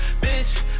Bitch